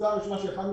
הראשונה שיכולנו